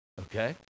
okay